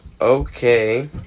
Okay